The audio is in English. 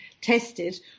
tested